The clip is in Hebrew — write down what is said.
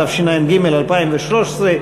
התשע"ג 2013,